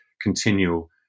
continual